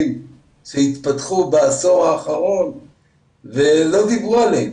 שהתפתחו בעשור האחרון ולא דיברו עליהם.